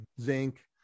zinc